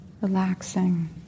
relaxing